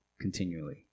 continually